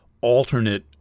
alternate